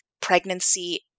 pregnancy